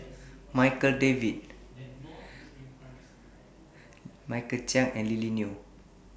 Darryl David Michael Chiang and Lily Neo